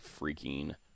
freaking